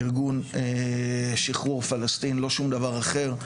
ארגון שחרור פלסטין, לא שום דבר אחר.